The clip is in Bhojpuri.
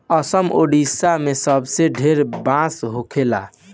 असम, ओडिसा मे सबसे ढेर बांस होखेला